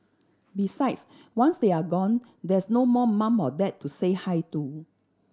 besides once they are gone there's no more mum or dad to say hi to